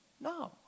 No